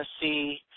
see